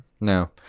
No